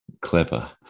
clever